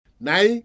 Now